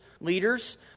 leaders